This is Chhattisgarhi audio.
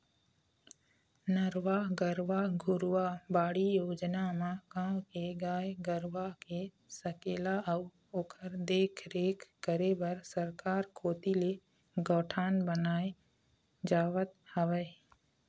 नरूवा, गरूवा, घुरूवा, बाड़ी योजना म गाँव के गाय गरूवा के सकेला अउ ओखर देखरेख करे बर सरकार कोती ले गौठान बनाए जावत हवय